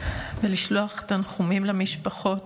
ולשלוח תנחומים למשפחות.